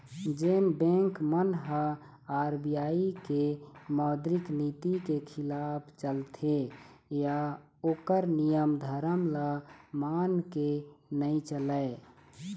जेन बेंक मन ह आर.बी.आई के मौद्रिक नीति के खिलाफ चलथे या ओखर नियम धरम ल मान के नइ चलय